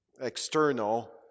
external